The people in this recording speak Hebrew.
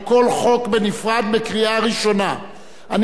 אני גם מודיע שוועדת הכנסת בראשותו של חבר